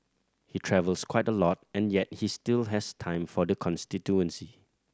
he travels quite a lot and yet he still has time for the constituency